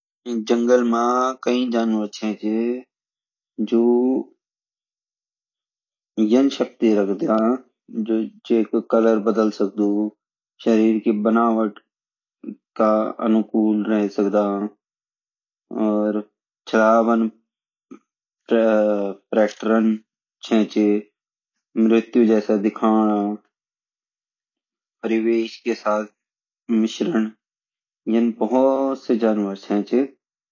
जंगल माँ कई जानवर छै च जो यान शक्ति रखदा जेकु कलर बदल सकदु शरीर की बनावट का अनुकूल रहे सकदा और परतरं चाय ची मृत्यु जैसा दिखाना परिवेश कई साथ मिश्रण यन भूत साई जानवर छै ची